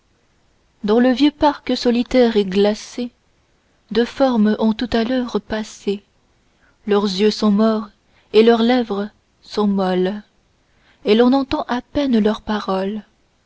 dans le vieux parc solitaire et glacé deux formes ont tout à l'heure passé leurs yeux sont morts et leurs lèvres sont molles et l'on entend à peine leurs paroles